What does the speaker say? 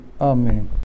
Amen